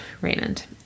Raymond